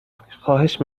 خواهش